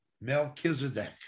Melchizedek